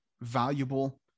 valuable